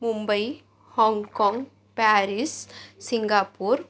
मुंबई हाँगकाँग Paris Singapore